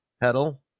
pedal